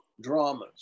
dramas